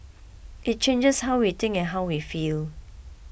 it changes how we think and how we feel